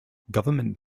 government